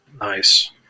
Nice